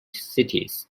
cities